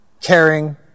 caring